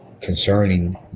concerning